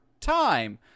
time